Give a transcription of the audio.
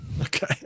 okay